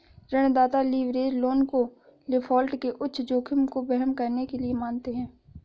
ऋणदाता leverage loan को default के उच्च जोखिम को वहन करने के लिए मानते हैं